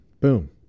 Boom